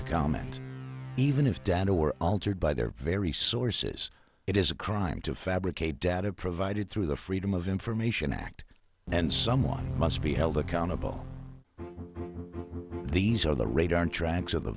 to comment even if data were altered by their very sources it is a crime to fabricate data provided through the freedom of information act and someone must be held accountable these are the